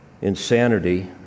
insanity